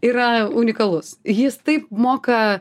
yra unikalus jis taip moka